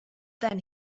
then